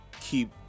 keep